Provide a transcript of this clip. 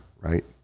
right